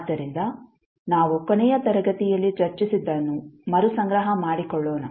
ಆದ್ದರಿಂದ ನಾವು ಕೊನೆಯ ತರಗತಿಯಲ್ಲಿ ಚರ್ಚಿಸಿದ್ದನ್ನು ಮರುಸಂಗ್ರಹ ಮಾಡಿಕೊಳ್ಳೋಣ